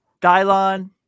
Dylon